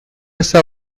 esta